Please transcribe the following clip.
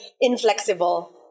inflexible